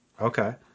Okay